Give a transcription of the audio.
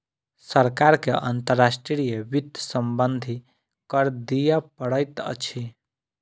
सरकार के अंतर्राष्ट्रीय वित्त सम्बन्धी कर दिअ पड़ैत अछि